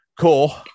Cool